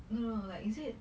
no no no like is it